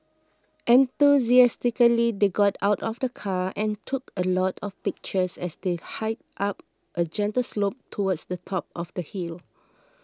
enthusiastically they got out of the car and took a lot of pictures as they hiked up a gentle slope towards the top of the hill